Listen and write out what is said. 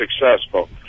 successful